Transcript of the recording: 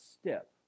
step